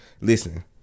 Listen